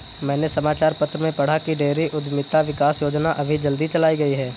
मैंने समाचार पत्र में पढ़ा की डेयरी उधमिता विकास योजना अभी जल्दी चलाई गई है